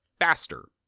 faster